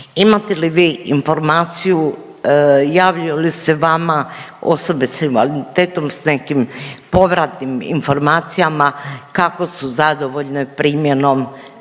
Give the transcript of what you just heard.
imate li vi informaciju, javljaju li se vama osobe s invaliditetom s nekim povratnim informacijama kako su zadovoljne primjenom